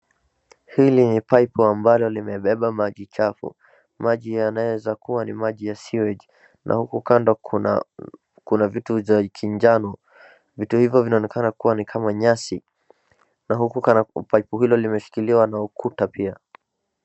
Hili ni paipu ambalo limebeba maji chafu. Maji yanaweza kua ni maji ya sewage .Na huku kando kuna vitu za kijano. Vitu hivyo vinaonekana kuwa ni kama nyasi. Na huku paipu hilo limeshiikiliwa na ukuta pia.